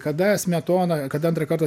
kada smetona kada antrą kartą